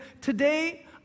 Today